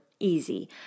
easy